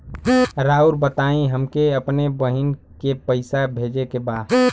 राउर बताई हमके अपने बहिन के पैसा भेजे के बा?